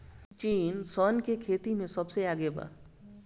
चीन सन के खेती में सबसे आगे बा